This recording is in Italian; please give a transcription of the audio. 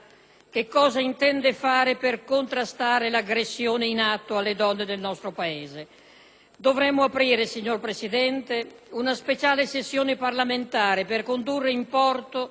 che cosa intende fare per contrastare l'aggressione in atto alle donne del nostro Paese. Dovremmo aprire, signor Presidente, una speciale sessione di lavori parlamentari per condurre in porto,